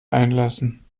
einlassen